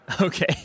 Okay